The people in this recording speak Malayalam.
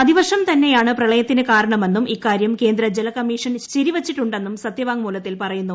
അതിവർഷം തന്നെയാണ് പ്രളയത്തിന് കാരണമെന്നും ഇക്കാര്യം കേന്ദ്ര ജല കമ്മിഷൻ ശരിവച്ചിട്ടുണ്ടെന്നും സത്യവാങ്മൂലത്തിൽ പറയുന്നു